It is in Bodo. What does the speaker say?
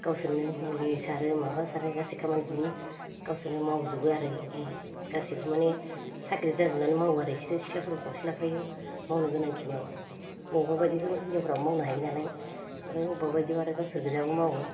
गावसोरनो मुलि सारो माबा सारो गासै खामानिखोनो गावसोरनो मावजुबो आरो इदि गासैबो माने साग्रिद जाजोबनानै मावो आरो बिसोरो सिख्लाफोरबो खावसे लाफायो मावनो गोनां खिनियाव मबावबा बायदिखौ हिनजावफोरा मावनो हायो नालाय ओमफ्राय अबेबा बायदियाव आरो गावसोरगोजाबो मावो